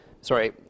sorry